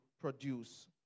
produce